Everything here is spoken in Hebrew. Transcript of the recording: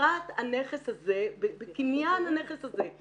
בצבירת הנכס הזה, בקניין הנכס הזה.